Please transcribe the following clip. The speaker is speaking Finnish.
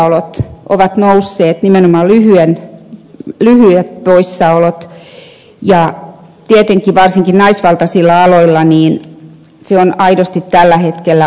sairauspoissaolot ovat nousseet nimenomaan lyhyet poissaolot ja tietenkin varsinkin naisvaltaisilla aloilla se on tällä hetkellä aidosti ongelma